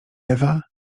ewa